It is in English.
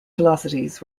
velocities